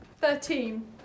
Thirteen